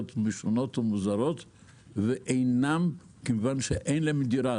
שונות ומוזרות כיוון שאין להם דירה,